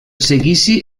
seguici